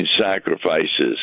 sacrifices